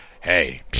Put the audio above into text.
hey